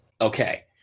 Okay